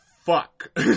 fuck